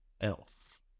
else